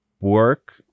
work